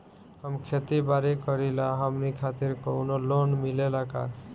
हम खेती बारी करिला हमनि खातिर कउनो लोन मिले ला का?